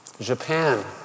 Japan